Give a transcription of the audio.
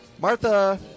Martha